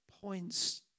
points